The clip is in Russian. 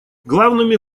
главными